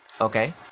Okay